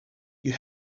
you